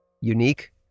Unique